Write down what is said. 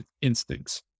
instincts